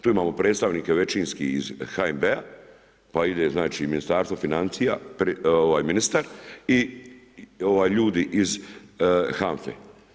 Tu imamo predstavnike većinski iz HNB-a, pa ide znači Ministarstvo financija, ministar i ljudi iz HANFA-e.